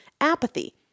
apathy